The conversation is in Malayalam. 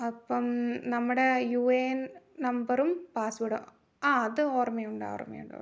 അപ്പം നമ്മുടെ യു എ എൻ നമ്പറും പാസ്വേഡും ആ അത് ഓർമ്മയുണ്ട് ഓർമ്മയുണ്ട് ഓർമ്മയുണ്ട്